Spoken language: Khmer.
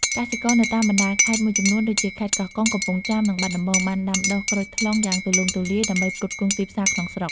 កសិករនៅតាមបណ្ដាខេត្តមួយចំនួនដូចជា ខេត្តកោះកុង កំពង់ចាម និងបាត់ដំបងបានដាំដុះក្រូចថ្លុងយ៉ាងទូលំទូលាយដើម្បីផ្គត់ផ្គង់ទីផ្សារក្នុងស្រុក។